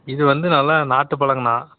இது வந்து நல்லா நாட்டுப் பழங்கண்ணா